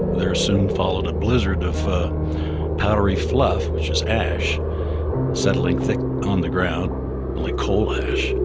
there soon followed a blizzard of powdery fluff, which is ash settling thick on the ground like, coal ash